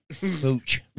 mooch